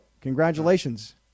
congratulations